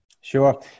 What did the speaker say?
Sure